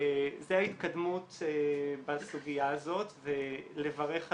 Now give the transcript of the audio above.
זו ההתקדמות בסוגיה הזאת ולברך עליה,